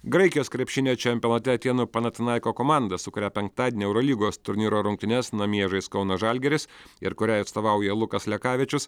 graikijos krepšinio čempionate atėnų panatinaiko komanda su kuria penktadienio eurolygos turnyro rungtynes namie žais kauno žalgiris ir kuriai atstovauja lukas lekavičius